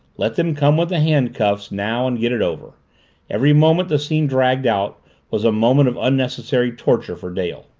let them come with the handcuffs now and get it over every moment the scene dragged out was a moment of unnecessary torture for dale.